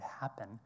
happen